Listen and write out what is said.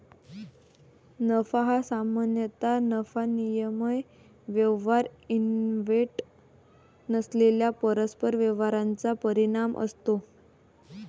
नफा हा सामान्यतः नफा विनिमय व्यवहार इव्हेंट नसलेल्या परस्पर व्यवहारांचा परिणाम असतो